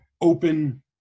open